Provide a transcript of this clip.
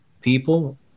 people